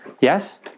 Yes